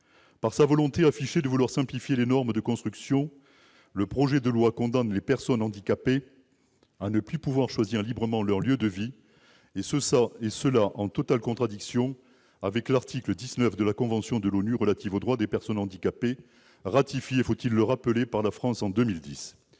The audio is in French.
Par sa volonté affichée de simplifier les normes de construction, le projet de loi condamne les personnes handicapées à ne plus pouvoir choisir librement leur lieu de vie, ce qui est en totale contradiction avec l'article 19 de la convention de l'ONU relative au droit des personnes handicapées. Faut-il rappeler que cette